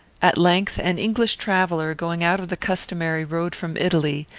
at length, an english traveller, going out of the customary road from italy,